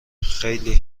خلی